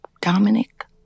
Dominic